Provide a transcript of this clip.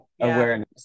awareness